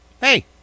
Hey